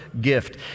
gift